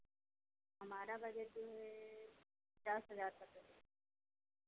हमारा बजट जो है पचास हज़ार तक